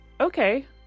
Okay